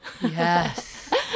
yes